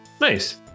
Nice